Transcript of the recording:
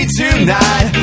tonight